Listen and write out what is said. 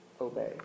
obey